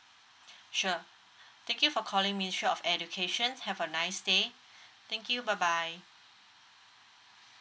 sure thank you for calling ministry of education have a nice day thank you bye bye